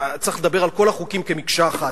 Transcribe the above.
צריך לדבר על כל החוקים כמקשה אחת,